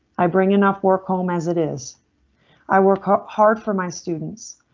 i bring enough work home as it is i work ah hard for my students.